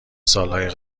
سالهای